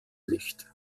nicht